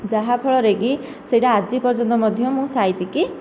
ଯାହାଫଳରେ କି ସେହିଟା ଆଜି ପର୍ଯ୍ୟନ୍ତ ମଧ୍ୟ ମୁଁ ସାଇତି କି